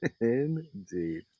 Indeed